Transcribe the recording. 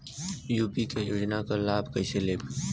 UP क योजना क लाभ कइसे लेब?